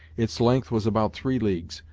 its length was about three leagues,